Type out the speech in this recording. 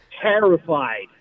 Terrified